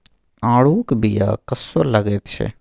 आड़ूक बीया कस्सो लगैत छै